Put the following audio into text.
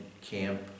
Camp